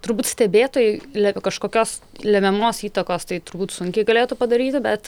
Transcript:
turbūt stebėtojui lieka kažkokios lemiamos įtakos tai turbūt sunkiai galėtų padaryti bet